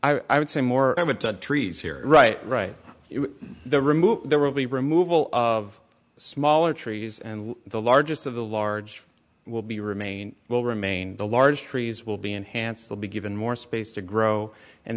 years i would say more the trees here right right the remove there will be removal of smaller trees and the largest of the large will be remain will remain the large trees will be enhanced will be given more space to grow and